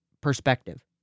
Perspective